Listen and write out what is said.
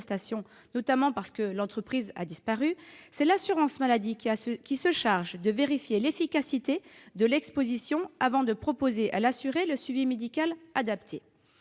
notamment parce que l'entreprise a disparu, c'est l'assurance maladie qui se charge de vérifier l'effectivité de l'exposition avant de proposer à l'assuré le suivi médical adapté.